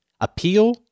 Appeal